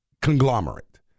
conglomerate